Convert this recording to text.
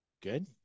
good